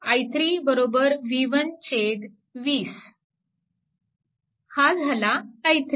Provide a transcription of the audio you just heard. i3 v1 20 हा झाला i3